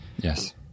Yes